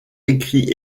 écrit